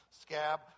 Scab